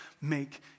make